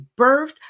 birthed